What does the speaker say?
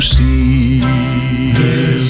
see